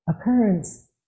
occurrence